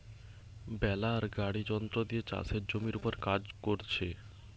বেলার গাড়ি যন্ত্র দিয়ে চাষের জমির উপর কাজ কোরছে